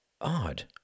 odd